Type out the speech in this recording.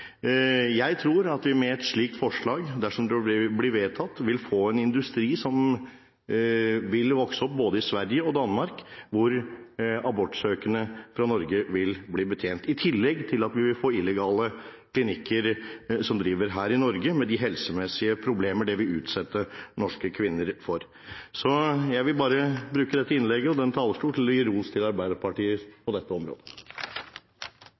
Jeg tror at vi – hvis et slikt forslag blir vedtatt – vil få en industri som vil vokse opp i både Sverige og Danmark, hvor abortsøkende fra Norge vil bli betjent. I tillegg vil vi få illegale klinikker som driver her i Norge, med de helsemessige problemer det vil utsette norske kvinner for. Jeg vil bruke dette innlegget og denne talerstol til å gi ros til Arbeiderpartiet på dette området.